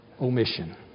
omission